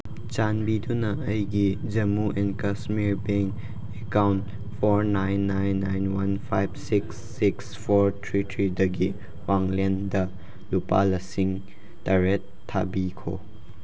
ꯆꯥꯟꯕꯤꯗꯨꯅ ꯑꯩꯒꯤ Jammu and Kashmir bank account four nine nine nine one five six six four three ꯊ꯭ꯔꯤꯗꯒꯤ ꯋꯥꯡꯂꯦꯟꯗ ꯂꯨꯄꯥ ꯂꯤꯁꯤꯡ ꯇꯔꯦꯠ ꯊꯥꯕꯤꯈꯣ